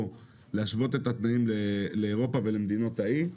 להשוות את התנאים לאירופה ולמדינות האי.